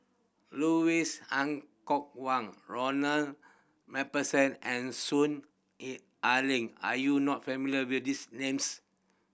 Kok Kwang Ronald Macpherson and Soon Ai Ling are you not familiar with these names